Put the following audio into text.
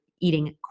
eating